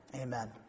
Amen